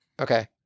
Okay